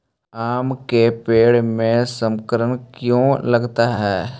आम के पेड़ में संक्रमण क्यों लगता है?